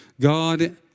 God